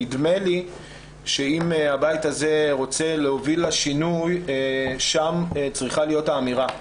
נדמה לי שאם הבית הזה רוצה להוביל לשינוי שם צריכה להיות האמירה.